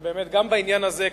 שבאמת גם בעניין הזה,